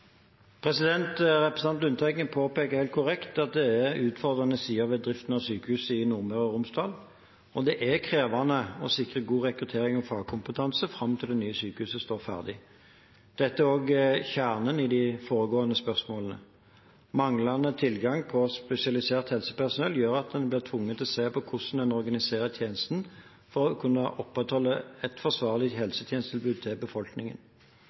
måte?» Representanten Lundteigen påpeker helt korrekt at det er utfordrende sider ved driften av sykehusene i Nordmøre og Romsdal. Det er krevende å sikre god rekruttering og fagkompetanse fram til det nye sykehuset står ferdig. Dette er også kjernen i de foregående spørsmålene. Manglende tilgang på spesialisert helsepersonell gjør at en blir tvunget til å se på hvordan en organiserer tjenestene for å kunne opprettholde et forsvarlig helsetjenestetilbud til befolkningen.